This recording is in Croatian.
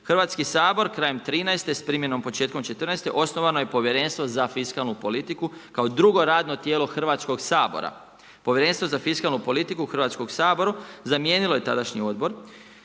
Hrvatski sabor krajem 2013. s primjenom početka 2014., osnovano je Povjerenstvo za fiskalnu politiku kao drugo radno tijelo Hrvatskog sabora. Povjerenstvo za fiskalnu politiku Hrvatskog saboru zamijenilo je tadašnji odbor,